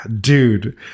dude